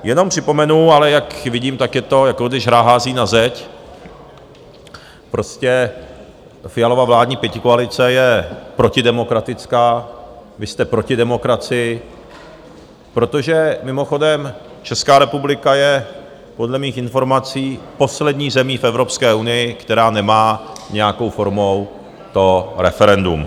Jenom připomenu ale jak vidím, tak je to, jako když hrách hází na zeď, prostě Fialova vládní pětikoalice je protidemokratická, vy jste proti demokracii, protože mimochodem Česká republika je podle mých informací poslední zemí v Evropské unii, která nemá nějakou formou to referendum.